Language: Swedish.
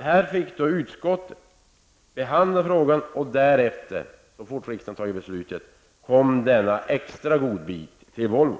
Här fick utskottet behandla frågan, och så snart riksdagen hade fattat sitt beslut kom den extra godbiten till Volvo.